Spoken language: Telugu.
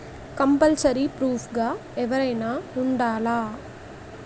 కంపల్సరీ ప్రూఫ్ గా ఎవరైనా ఉండాలా?